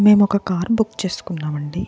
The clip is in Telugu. మేము ఒక కార్ బుక్ చేసుకున్నామండి